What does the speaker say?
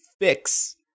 fix